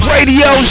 Radio